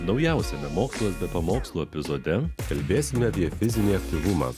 naujausiame mokslas be pamokslų epizode kalbėsime apie fizinį aktyvumą